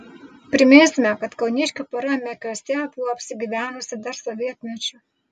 priminsime kad kauniškių pora mekiuose buvo apsigyvenusi dar sovietmečiu